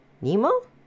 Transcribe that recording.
Nemo